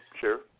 Sure